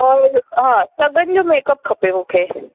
और हा सगन जो मेकअप खपे मूंखे